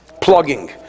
plugging